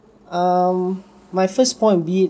um my first point would be